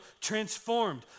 transformed